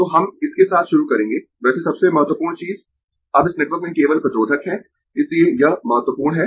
तो हम इसके साथ शुरू करेंगें वैसे सबसे महत्वपूर्ण चीज अब इस नेटवर्क में केवल प्रतिरोधक है इसलिए यह महत्वपूर्ण है